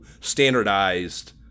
standardized